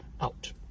out